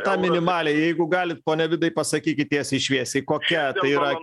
tą minimalią jeigu galit pone vidai pasakykit tiesiai šviesiai kokia tai yra